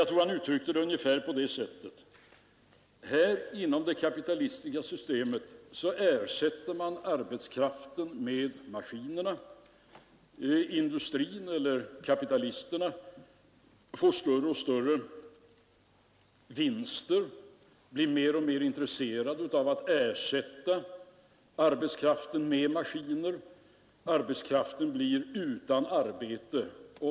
Jag tror han uttryckte det ungefär på detta sätt: Inom det kapitalistiska systemet lerande åtgärder ersätter man arbetskraften med maskinerna. Industrin eller kapitalisterna får större och större vinster, blir mer och mer intresserade av att ersätta arbetskraften med maskiner. Arbetskraften blir utan arbete.